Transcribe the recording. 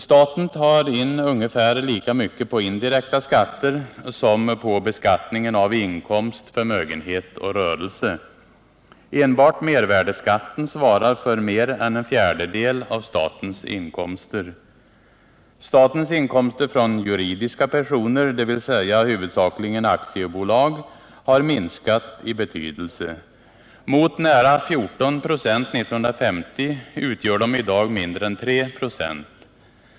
Staten tar in ungefär lika mycket på indirekta skatter som på beskattning av inkomst, förmögenhet och rörelse. Enbart mervärdeskatten svarar för mer än en fjärdedel av statens inkomster. Statens inkomster från juridiska personer, dvs. huvudsakligen aktiebolag, har minskat i betydelse. Mot nära 14 26 1950 utgör de i dag mindre än 3 ?6.